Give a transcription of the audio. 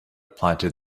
planted